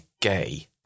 gay